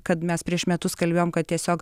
kad mes prieš metus kalbėjom kad tiesiog